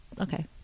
okay